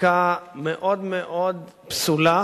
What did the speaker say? חקיקה מאוד מאוד פסולה,